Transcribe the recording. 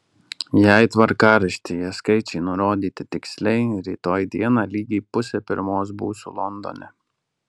jei tvarkaraštyje skaičiai nurodyti tiksliai rytoj dieną lygiai pusę pirmos būsiu londone